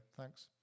thanks